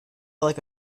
like